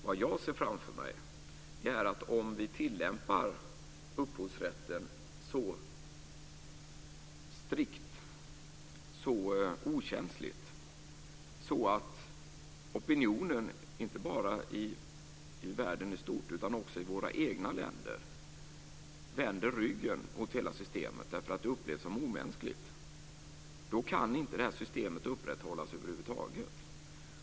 Vad jag ser framför mig är att om vi tillämpar upphovsrätten så strikt och så okänsligt så att opinionen, inte bara i världen i stort utan också i våra egna länder, vänder ryggen åt hela systemet därför att det upplevs som omänskligt, då kan inte det här systemet upprätthållas över huvud taget.